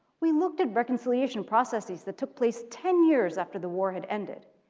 we looked at reconciliation processes that took place ten years after the war had ended.